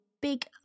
big